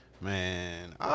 Man